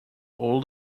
all